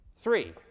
Three